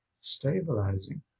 stabilizing